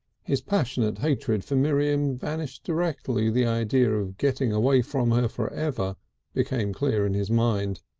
his passionate hatred for miriam vanished directly the idea of getting away from her for ever became clear in his mind.